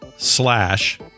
Slash